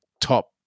top